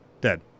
Dead